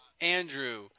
Andrew